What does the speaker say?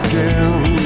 Again